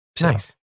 Nice